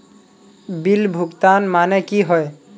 Bill भुगतान माने की होय?